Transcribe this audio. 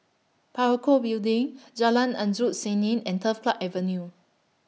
Parakou Building Jalan Endut Senin and Turf Club Avenue